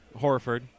Horford